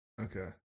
Okay